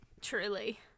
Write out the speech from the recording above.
Truly